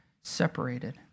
separated